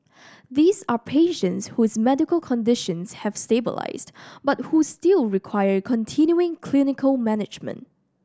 these are patients whose medical conditions have stabilised but who still require continuing clinical management